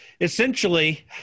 essentially